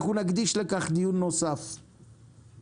אנחנו נקדיש לכך דיון נוסף ודחוף.